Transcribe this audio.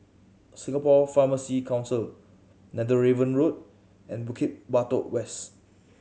Singapore Pharmacy Council Netheravon Road and Bukit Batok West